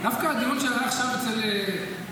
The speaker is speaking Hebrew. דווקא הדיון שהיה עכשיו אצל שמחה,